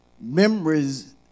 memories